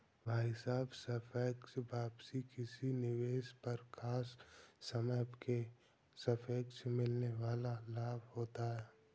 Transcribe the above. भाई साहब सापेक्ष वापसी किसी निवेश पर खास समय के सापेक्ष मिलने वाल लाभ होता है